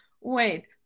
Wait